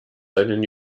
seinen